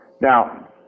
Now